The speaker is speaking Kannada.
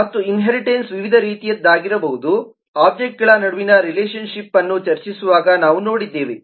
ಮತ್ತು ಇನ್ಹೇರಿಟನ್ಸ್ ವಿವಿಧ ರೀತಿಯದ್ದಾಗಿರಬಹುದು ಒಬ್ಜೆಕ್ಟ್ಗಳ ನಡುವಿನ ರಿಲೇಶನ್ ಶಿಪ್ಅನ್ನು ಚರ್ಚಿಸುವಾಗ ನಾವು ನೋಡಿದ್ದೇವೆ